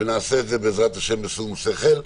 ונעשה את זה בעזרת השם בשום שכל.